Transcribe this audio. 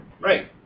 Right